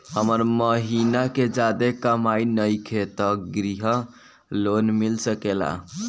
हमर महीना के ज्यादा कमाई नईखे त ग्रिहऽ लोन मिल सकेला?